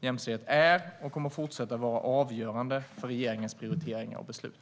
Jämställdhet är, och kommer att fortsätta vara, avgörande för regeringens prioriteringar och beslut.